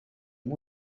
amb